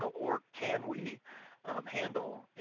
or can we handle,